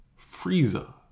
Frieza